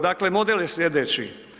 Dakle, model je slijedeći.